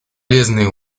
полезный